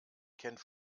kennt